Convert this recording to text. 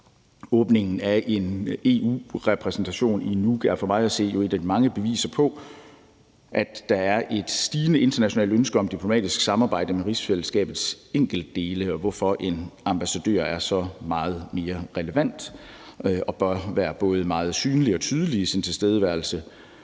Åbningen af en EU-repræsentation i Nuuk er for mig at se et af de mange beviser på, at der er et stigende internationalt ønske om diplomatisk samarbejde med rigsfællesskabets enkeltdele, hvorfor en ambassadør er så utrolig relevant og bør være både meget synlig og tydelig i sin tilstedeværelse.